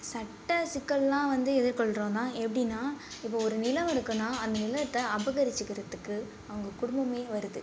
சட்ட சிக்கலெல்லாம் வந்து எதிர்கொள்றோன்னால் எப்படின்னா இப்போது ஒரு நிலம் இருக்குன்னால் அந்த நிலத்தை அபகரிச்சிக்கிறத்துக்கு அவங்க குடும்பமே வருது